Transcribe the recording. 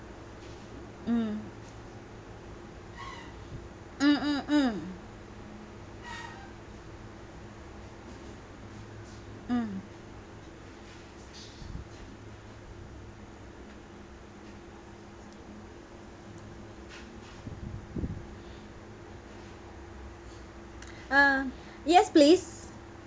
mm mm mm mm mm uh yes please